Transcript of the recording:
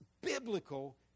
biblical